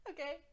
Okay